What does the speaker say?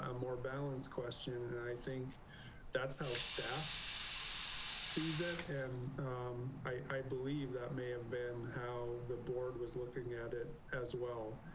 um more balanced question. and i think that's how staff sees it, and i believe that may have been how the board was looking at it as well.